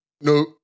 No